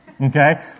Okay